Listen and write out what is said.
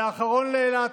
אולי האחרון לאילת,